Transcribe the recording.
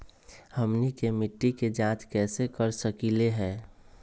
हमनी के मिट्टी के जाँच कैसे कर सकीले है?